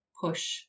push